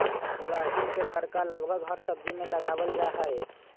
लहसुन के तड़का लगभग हर सब्जी में लगावल जाहई